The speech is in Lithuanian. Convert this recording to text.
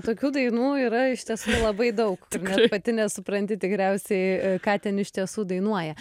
tokių dainų yra iš tiesų labai daug kad net pati nesupranti tikriausiai ką ten iš tiesų dainuoja